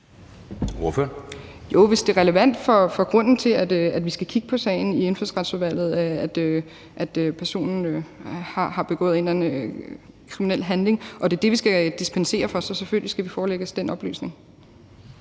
hvis det er relevant for grunden til, at vi skal kigge på sagen i Indfødsretsudvalget, at personen har begået en eller anden kriminel handling, og at det er det, vi skal dispensere for. Så skal vi selvfølgelig forelægges den oplysning.